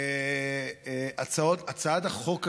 הצעת החוק הזאת,